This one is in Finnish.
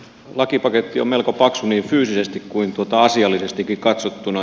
lakipaketti on melko paksu niin fyysisesti kuin asiallisestikin katsottuna